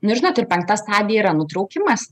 nu žinot ir penkta stadija yra nutraukimas